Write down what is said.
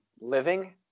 living